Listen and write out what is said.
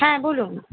হ্যাঁ বলুন